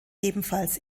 ebenfalls